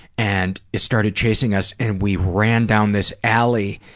and it started chasing us and we ran down this alley.